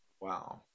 Wow